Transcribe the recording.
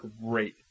great